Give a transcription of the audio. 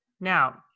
Now